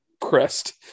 crest